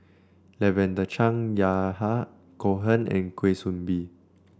Lavender Chang Yahya Cohen and Kwa Soon Bee